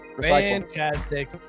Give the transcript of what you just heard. Fantastic